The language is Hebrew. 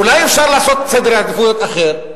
אולי אפשר לעשות סדר עדיפויות אחר?